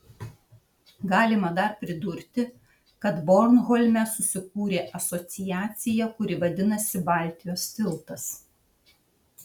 galima dar pridurti kad bornholme susikūrė asociacija kuri vadinasi baltijos tiltas